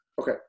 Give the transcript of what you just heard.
Okay